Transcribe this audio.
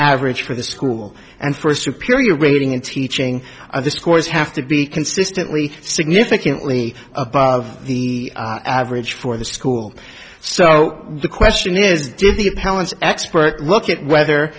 average for the school and for a superior rating in teaching the scores have to be consistently significantly above the average for the school so the question is did the appellant's expert look at whether